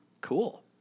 Cool